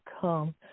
come